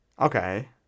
Okay